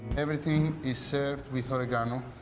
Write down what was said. everything is served with oregano.